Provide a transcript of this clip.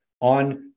on